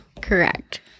correct